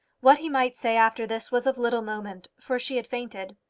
what he might say after this was of little moment, for she had fainted.